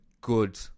good